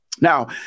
Now